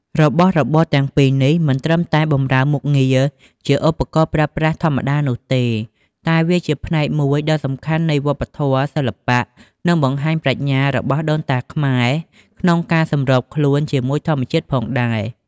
របស់របរទាំងពីរនេះមិនត្រឹមតែបម្រើមុខងារជាឧបករណ៍ប្រើប្រាស់ធម្មតានោះទេ តែវាជាផ្នែកមួយដ៏សំខាន់នៃវប្បធម៌ សិល្បៈ និងបង្ហាញប្រាជ្ញារបស់ដូនតាខ្មែរក្នុងការសម្របខ្លួនជាមួយធម្មជាតិផងដែរ។